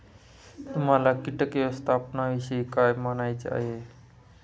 तुम्हाला किटक व्यवस्थापनाविषयी काय म्हणायचे आहे?